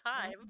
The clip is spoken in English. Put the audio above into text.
time